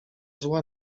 zła